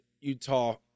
Utah